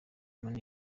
moon